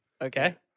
Okay